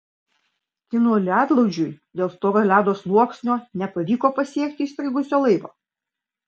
kinų ledlaužiui dėl storo ledo sluoksnio nepavyko pasiekti įstrigusio laivo